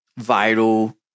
viral